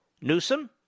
Newsom